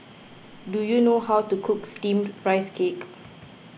do you know how to cook Steamed Rice Cake